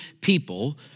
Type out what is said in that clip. people